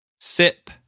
Sip